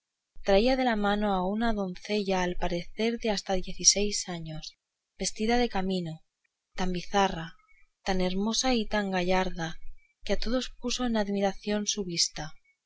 traía de la mano a una doncella al parecer de hasta diez y seis años vestida de camino tan bizarra tan hermosa y tan gallarda que a todos puso en admiración su vista